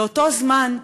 באותו זמן,